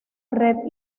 red